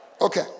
Okay